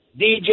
DJ